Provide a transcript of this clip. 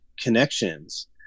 connections